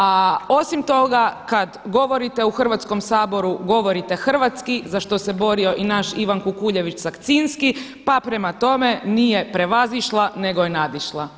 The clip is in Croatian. A osim toga kad govorite u Hrvatskom saboru govorite hrvatski za što se borio i naš Ivan Kukuljević Sakcinski, pa prema tome nije prevazišla, nego je nadišla.